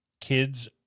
kids